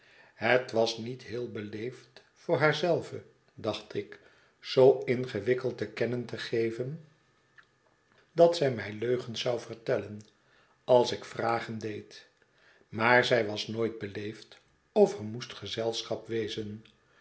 het was niet heel beleefd voor haar zelve dacht ik zoo ingewikkeld te kennen te geven dat zij mij leugens zou vertellen als ik vragen deed maar zij was nooit beleefd of er moest gezelschap wezen